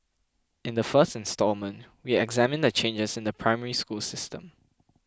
in the first installment we examine the changes in the Primary School system